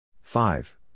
Five